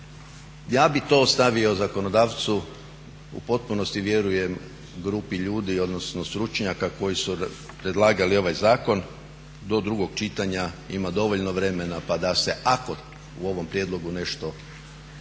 ja bih to ostavio zakonodavcu u potpunosti vjerujem grupi ljudi, odnosno stručnjaka koji su predlagali ovaj zakon. Do drugog čitanja ima dovoljno vremena pa da se ako u ovom prijedlogu nešto stvarno